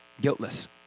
guiltless